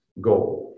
goal